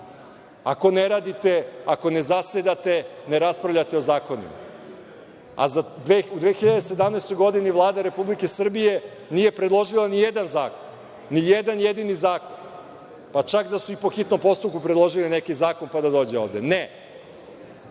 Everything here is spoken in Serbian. ako ne radite, ako ne zasedate, ne raspravljate o zakonima. U 2017. godini Vlada nije predložila ni jedan jedini zakon. Pa čak da su i po hitnom postupku predložili neki zakon, pa da dođe ovde, ali